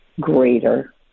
greater